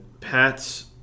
Pat's